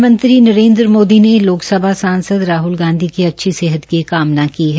प्रधानमंत्री नरेन्द्र मोदी ने लोकसभा सांसद राहल गांधी की अच्छी सेहत की कामना की है